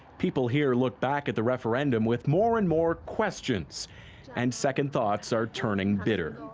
people here look back at the referendum with more and more questions and second thoughts are turning bitter.